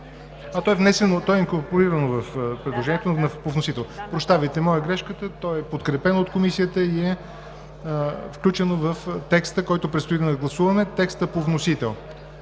гласуването му. То е инкорпорирано към предложението по вносител. Прощавайте, моя е грешката. То е подкрепено от Комисията и е включено в текста, който предстои да гласуваме – текста по вносител.